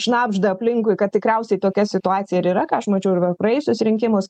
šnabžda aplinkui kad tikriausiai tokia situacija ir yra ką aš mačiau ir per praėjusius rinkimus